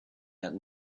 had